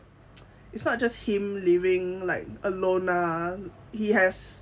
it's not just him living like alone he has